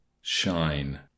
shine